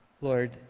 Lord